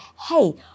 hey